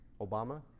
Obama